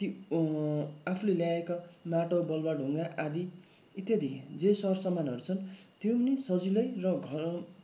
ती आफूले ल्याएका माटो बालुवा ढुङ्गा आदि इत्यादि जे सर सामानहरू छन् त्यो पनि सजिलै र घर